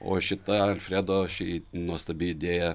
o šita alfredo ši nuostabi idėja